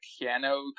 piano